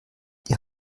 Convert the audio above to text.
die